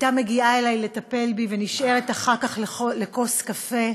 הייתה מגיעה אלי לטפל בי ונשארת אחר כך לכוס קפה,